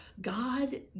God